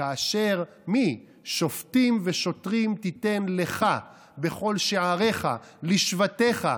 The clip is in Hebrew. כאשר אומרים "שפטים ושטרים תתן לך בכל שעריך לשבטיך".